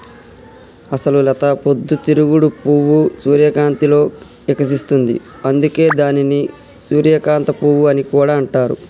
అసలు లత పొద్దు తిరుగుడు పువ్వు సూర్యకాంతిలో ఇకసిస్తుంది, అందుకే దానిని సూర్యకాంత పువ్వు అని కూడా అంటారు